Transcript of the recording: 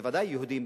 בוודאי יהודיים.